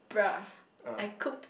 bre I cooked